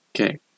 Okay